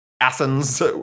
Athens